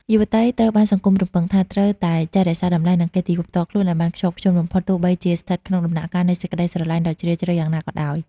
យុវតីត្រូវបានសង្គមរំពឹងថា ត្រូវតែចេះរក្សាតម្លៃ និងកិត្តិយសផ្ទាល់ខ្លួនឱ្យបានខ្ជាប់ខ្ជួនបំផុត ទោះបីជាស្ថិតក្នុងដំណាក់កាលនៃសេចក្ដីស្រឡាញ់ដ៏ជ្រាលជ្រៅយ៉ាងណាក៏ដោយ។